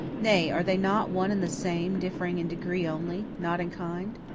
nay, are they not one and the same, differing in degree only, not in kind?